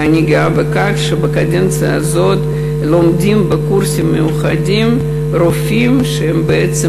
ואני גאה בכך שבקדנציה הזאת לומדים בקורסים מיוחדים רופאים שהם בעצם,